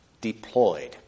deployed